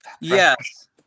Yes